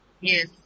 Yes